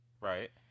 Right